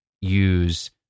use